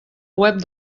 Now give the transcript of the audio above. web